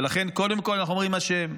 ולכן, קודם כול, אנחנו אומרים "השם".